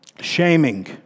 Shaming